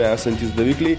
esantys davikliai